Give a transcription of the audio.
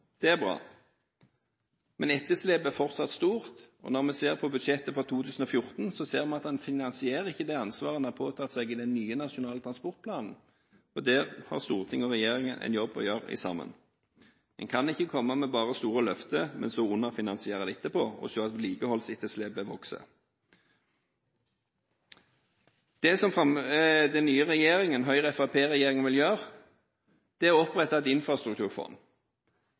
det er bra. Men etterslepet er fortsatt stort. Ser vi på budsjettet for 2014, ser vi at man finansierer ikke det ansvaret man har påtatt seg i den nye nasjonale transportplanen. Der har storting og regjering en jobb å gjøre sammen. Man kan ikke bare komme med store løfter, mens man underfinansierer etterpå og ser at vedlikeholdsetterslepet vokser. Det som den nye regjeringen, Høyre–Fremskrittsparti-regjeringen, vil gjøre, er å opprette et infrastrukturfond.